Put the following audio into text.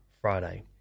friday